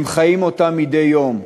הם חיים אותה מדי יום.